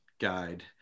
guide